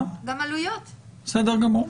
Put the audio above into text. בסדר גמור,